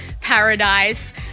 Paradise